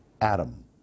Adam